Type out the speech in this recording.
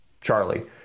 Charlie